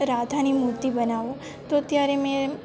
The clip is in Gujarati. રાધાની મૂર્તિ બનાવું તો ત્યારે મેં